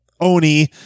Oni